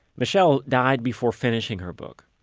michelle died before finishing her book,